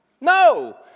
No